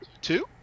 two